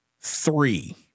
three